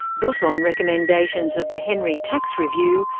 built on recommendations of the henry tax review,